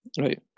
Right